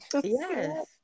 yes